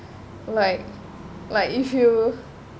like like if you